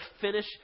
finish